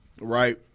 right